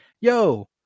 yo